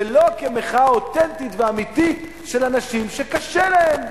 ולא כמחאה אותנטית ואמיתית של אנשים שקשה להם.